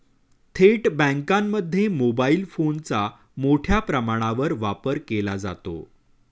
थेट बँकांमध्ये मोबाईल फोनचा मोठ्या प्रमाणावर वापर केला जातो